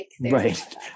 Right